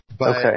Okay